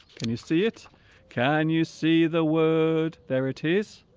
can you see it can you see the word there it is